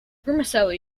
vermicelli